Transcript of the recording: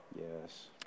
Yes